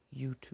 YouTube